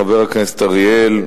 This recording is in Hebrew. חבר הכנסת אריאל,